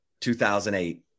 2008